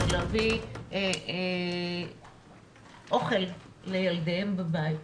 להביא אוכל לילדיהם בבית,